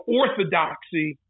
orthodoxy